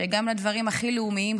שגם לדברים הכי לאומיים,